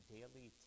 Daily